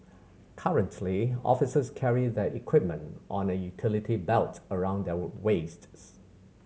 currently officers carry their equipment on a utility belt around their waists